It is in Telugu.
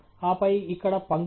ఆపై ఇక్కడ పంక్తులు